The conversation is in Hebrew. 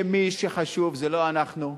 שמי שחשוב זה לא אנחנו,